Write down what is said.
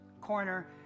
corner